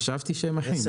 חשבתי שהם אחים, לא?